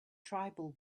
tribal